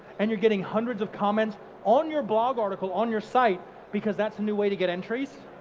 and you're getting hundreds of comments on your blog article on your site because that's a new way to get entries,